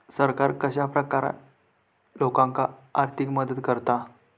सरकार कश्या प्रकारान लोकांक आर्थिक मदत करता?